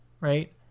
right